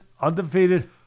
undefeated